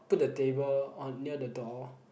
put the table on near the door